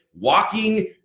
walking